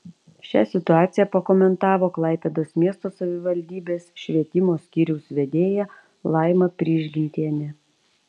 šią situaciją pakomentavo klaipėdos miesto savivaldybės švietimo skyriaus vedėja laima prižgintienė